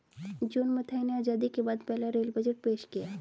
John Mathai ने आजादी के बाद पहला रेल बजट पेश किया